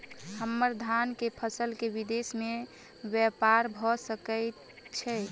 हम्मर धान केँ फसल केँ विदेश मे ब्यपार भऽ सकै छै?